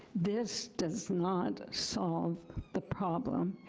this does not solve the problem.